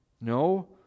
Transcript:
No